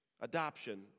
Adoption